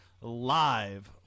live